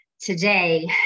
today